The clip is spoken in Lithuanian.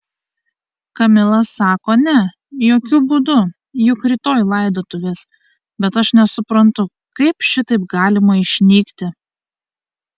kamila sako ne jokiu būdu juk rytoj laidotuvės bet aš nesuprantu kaip šitaip galima išnykti